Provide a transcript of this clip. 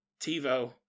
TiVo